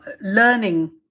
learning